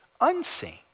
unseen